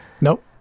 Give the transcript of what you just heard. Nope